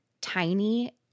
tiny